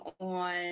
on